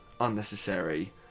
Unnecessary